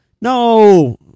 No